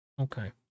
Okay